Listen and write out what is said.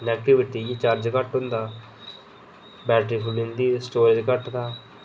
negativity इ'यै कि charge घट्ट होंदा बैटरी फुल्ली जंदी ही स्टोरेज घट्ट हा